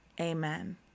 amen